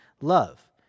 love